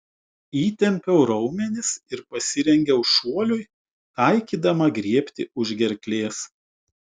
įtempiau raumenis ir pasirengiau šuoliui taikydama griebti už gerklės